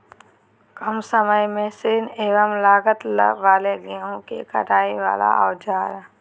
काम समय श्रम एवं लागत वाले गेहूं के कटाई वाले औजार?